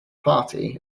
party